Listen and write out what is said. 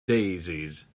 daisies